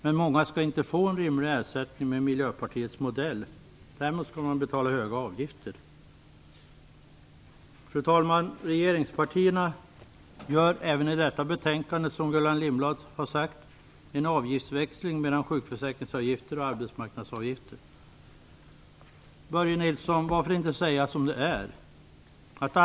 Men med Miljöpartiets modell skall alla inte få en rimlig ersättning. Däremot skall man betala höga avgifter. Fru talman! Regeringspartierna föreslår även i detta betänkande - som Gullan Lindblad har sagt - en avgiftsväxling mellan sjukförsäkringsavgifter och arbetsmarknadsavgifter. Varför inte säga som det är, Börje Nilsson?